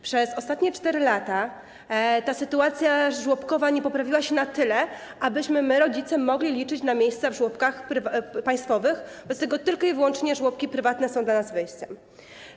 Przez ostatnie 4 lata sytuacja dotycząca żłobków nie poprawiła się na tyle, abyśmy my, rodzice, mogli liczyć na miejsca w żłobkach państwowych, a bez tego tylko i wyłącznie żłobki prywatne są dla nas wyjściem.